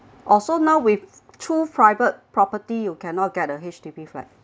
also now with through private property you cannot get a H_D_B flat